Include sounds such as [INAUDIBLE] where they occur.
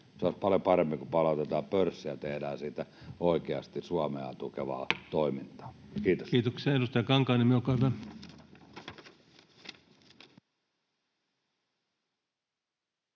Se olisi paljon parempi, kun palautettaisiin pörssistä ja tehtäisiin siitä oikeasti Suomea tukevaa [NOISE] toimintaa. — Kiitos. Kiitoksia. — Edustaja Kankaanniemi, olkaa hyvä.